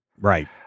Right